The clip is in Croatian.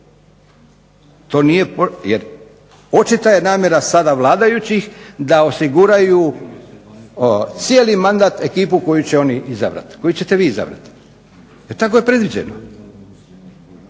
interesa. Jer očita je namjera sada vladajućih da osiguraju cijeli mandat ekipu koji će oni izabrati, koji ćete vi izabrati. Jer tako je predviđeno.